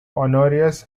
honorius